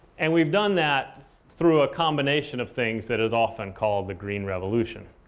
and we've done that through a combination of things that is often called the green revolution.